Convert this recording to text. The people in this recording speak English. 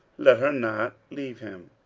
let her not leave him.